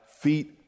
feet